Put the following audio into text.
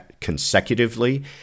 consecutively